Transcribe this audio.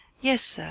yes, sir,